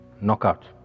Knockout